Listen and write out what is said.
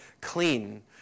clean